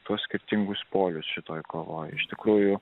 tuos skirtingus polius šitoje kovoje iš tikrųjų